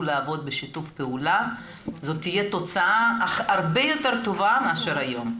לעבוד בשיתוף פעולה זו תהיה תוצאה הרבה יותר טובה מאשר היום.